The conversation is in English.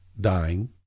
dying